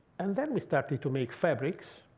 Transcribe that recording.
and then, we started to make fabrics.